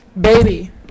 baby